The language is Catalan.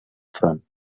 front